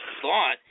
thought